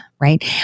right